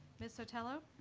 ms. sotelo?